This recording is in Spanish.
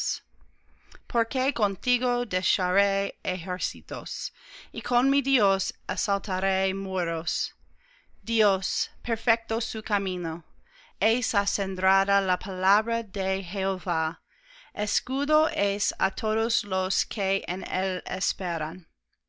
tinieblas porque contigo desharé ejércitos y con mi dios asaltaré muros dios perfecto su camino es acendrada la palabra de jehová escudo es á todos los